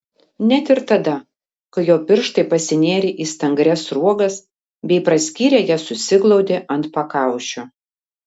net ir tada kai jo pirštai pasinėrė į stangrias sruogas bei praskyrę jas susiglaudė ant pakaušio